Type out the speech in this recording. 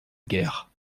guère